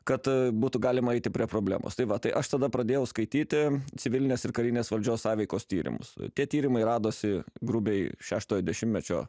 kad būtų galima eiti prie problemos tai va tai aš tada pradėjau skaityti civilinės ir karinės valdžios sąveikos tyrimus tie tyrimai radosi grubiai šeštojo dešimtmečio